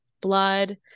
blood